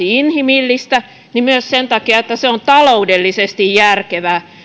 inhimillistä niin myös sen takia että se on taloudellisesti järkevää